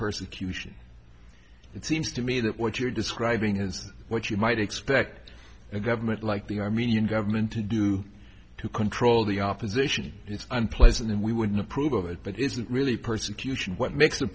persecution it seems to me that what you're describing is what you might expect the government like the armenian government to do to control the opposition it's unpleasant and we wouldn't approve of it but it's really persecution what makes the